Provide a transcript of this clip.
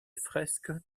fresques